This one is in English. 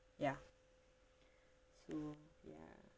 ya so ya